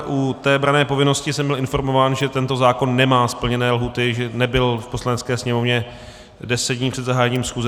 U té branné povinnosti jsem byl informován, že tento zákon nemá splněné lhůty, že nebyl v Poslanecké sněmovně deset dní před zahájením schůze.